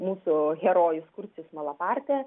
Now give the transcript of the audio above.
mūsų herojus kurcis malapartė